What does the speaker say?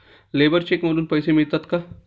Labour cheque मधून पैसे मिळतात का?